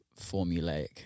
formulaic